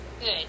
Good